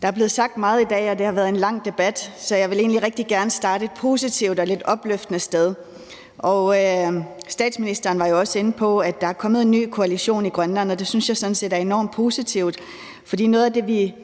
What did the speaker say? Der er blevet sagt meget i dag, og det har været en lang debat, så jeg vil egentlig rigtig gerne starte et positivt og lidt opløftende sted. Statsministeren var også inde på, at der er kommet en ny koalition i Grønland, og det synes jeg sådan set er enormt positivt. For noget af det, vi